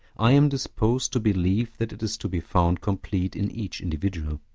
i am disposed to believe that it is to be found complete in each individual